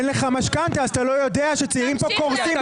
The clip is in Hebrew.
אין לך משכנתא אז אתה לא יודע שצעירים פה קורסים בזמן